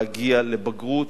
להגיע לבגרות,